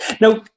Now